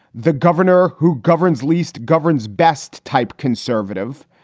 the governor who governs least, governs best type conservative.